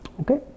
Okay